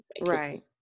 Right